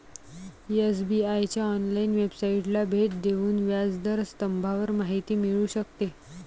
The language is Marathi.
एस.बी.आए च्या ऑनलाइन वेबसाइटला भेट देऊन व्याज दर स्तंभावर माहिती मिळू शकते